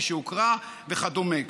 מי שהוכרה וכדומה.